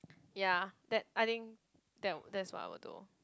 ya that I think that that's what I will do